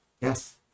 Yes